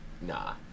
Nah